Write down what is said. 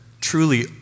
truly